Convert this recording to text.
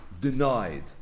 denied